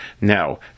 now